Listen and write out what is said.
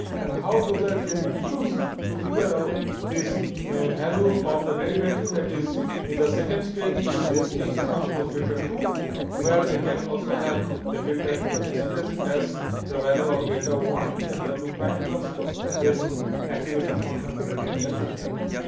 and how those are really used to figure out this value of the derivative that is in the second stage, it is this x transpose delta two where i can also have the delta two expressed as the value of delta one. and w prime transpose and then the activation functions gradient at those values.